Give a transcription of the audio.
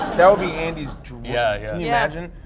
that would be andy's dream, yeah yeah and yeah can?